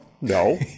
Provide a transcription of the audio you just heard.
No